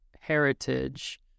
heritage